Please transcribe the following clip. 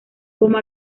como